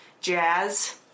jazz